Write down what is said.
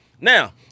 Now